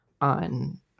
on